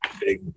big